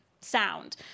sound